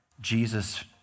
Jesus